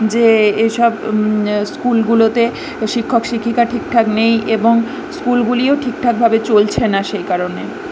যে এসব স্কুলগুলোতে শিক্ষক শিক্ষিকা ঠিকঠাক নেই এবং স্কুলগুলিও ঠিকঠাকভাবে চলছে না সেই কারণে